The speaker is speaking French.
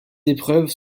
épreuves